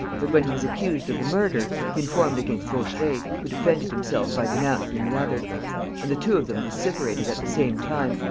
but, when he was accused of the murder, he informed against vaucheray, who defended himself by denouncing the other and the two of them vociferated at the same time,